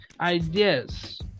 Ideas